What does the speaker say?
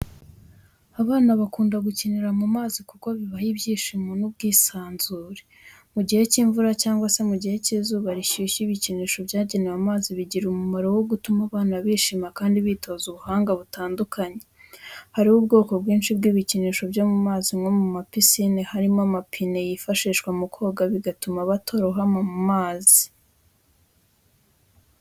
Abana bakunda gukinira mu mazi kuko bibaha ibyishimo n’ubwisanzure. Mu gihe cy’imvura cyangwa mu gihe cy’izuba rishyushye, ibikinisho byagenewe amazi bigira umumaro wo gutuma abana bishima kandi bitoza ubuhanga butandukanye. Hariho ubwoko bwinshi bw’ibikinisho byo mu mazi, nko mu mapisine harimo amapine yifashishwa mu koga, bigatuma batarohama mu mazi.